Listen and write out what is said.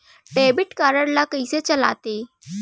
Debit card ला कइसे चलाते?